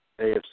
AFC